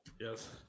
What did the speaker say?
Yes